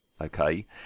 okay